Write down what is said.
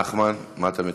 נחמן, מה אתה מציע?